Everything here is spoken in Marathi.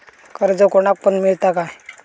कर्ज कोणाक पण मेलता काय?